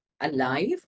alive